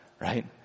Right